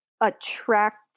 attract